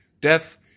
death